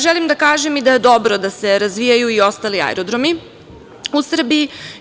Želim da kažem i da je dobro da se razvijaju i ostali aerodromi u Srbiji.